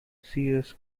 sears